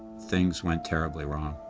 things went terribly wrong.